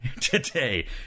Today